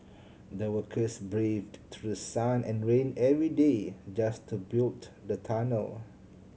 the workers braved through sun and rain every day just to build the tunnel